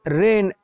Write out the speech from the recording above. rain